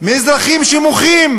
מאזרחים שמוחים